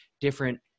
different